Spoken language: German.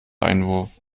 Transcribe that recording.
einwurf